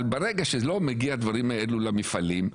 אבל ברגע שלא מגיעים הדברים האלה למפעלים,